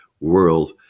world